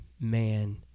man